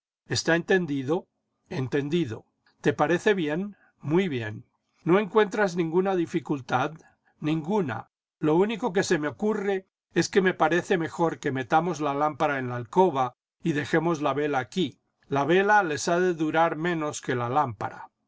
jestá entendido entendido jte parece bien muy bien no encuentras ninguna dificultad ninguna lo único que se me ocurre es que me parece mejor que metamos la lámpara en la alcoba y dejemos la vela aquí la vela les ha de durar menos que la lámpara